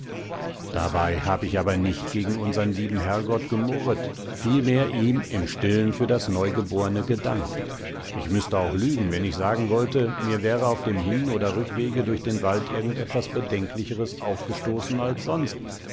dabei aber hab ich nicht gegen unsern lieben herrgott gemurret vielmehr ihm im stillen für das neugeborne gedankt ich müßte auch lügen wenn ich sagen wollte mir wäre auf dem hin oder rückwege durch den wald irgend etwas bedenklicheres aufgestoßen als sonst